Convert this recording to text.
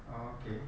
ah okay